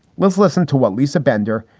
let's listen to what lisa bender,